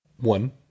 One